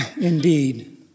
indeed